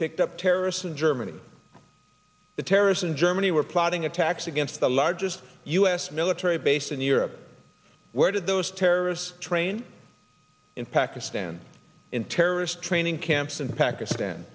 picked up terrorists in germany the terrorists in germany were plotting attacks against the largest u s military base in europe where did those terrorists trained in pakistan training camps in pakistan